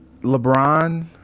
LeBron